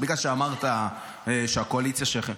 בגלל שאמרת שהקואליציה שלכם,